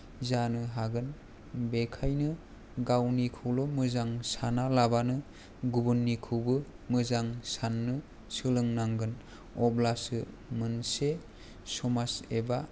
जानो हागोन बेखायनो गावनिखौल' मोजां सानालाबानो गुबुननिखौबो मोजां साननो सोलोंनांगोन अब्लासो मोनसे समाज एबा